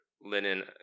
linen